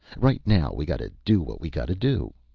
right now we gotta do what we gotta do